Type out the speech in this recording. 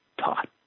taught